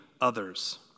others